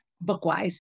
book-wise